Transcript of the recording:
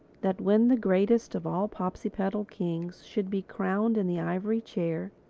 that when the greatest of all popsipetel kings should be crowned in the ivory chair,